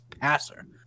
passer